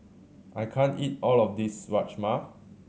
I can't eat all of this Rajma